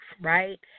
right